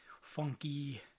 funky